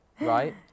right